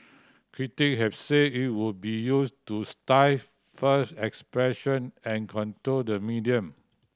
critic have said it could be used to stifles expression and control the media